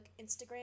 Instagram